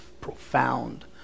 profound